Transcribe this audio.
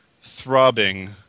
throbbing